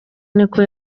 niko